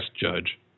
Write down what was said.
judge